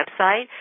website